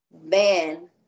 Man